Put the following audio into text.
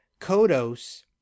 Kodos